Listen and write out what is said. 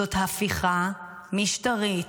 זאת ההפיכה משטרתית,